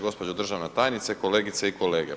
Gospođo državna tajnice, kolegice i kolege.